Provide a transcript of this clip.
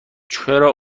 چرا